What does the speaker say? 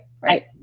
Right